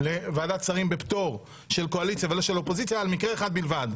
לוועדת שרים בפטור של קואליציה ולא של אופוזיציה היה על מקרה אחד בלבד.